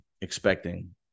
expecting